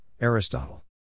Aristotle